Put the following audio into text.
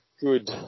good